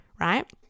right